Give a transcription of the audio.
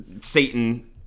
satan